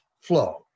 flow